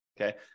Okay